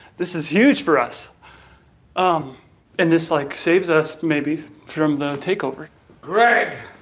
this is huge for us um and this like saves us maybe from the take over greg.